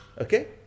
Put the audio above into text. okay